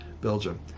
Belgium